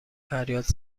فریاد